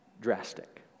drastic